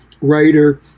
writer